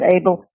able